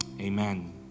amen